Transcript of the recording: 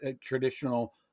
traditional